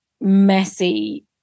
messy